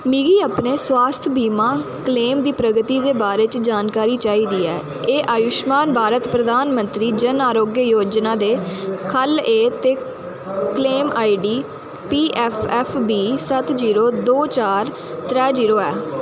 मिगी अपने स्वास्थ बीमा क्लेम दी प्रगति दे बारे च जानकारी चाहिदी एह् आयुष्मान भारत प्रधान मंत्री जन आरोग्य योजना दे ख'ल्ल ऐ ते claim ID P F F B सत्त जीरो दो चार त्रैऽ जीरो ऐ